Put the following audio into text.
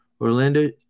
Orlando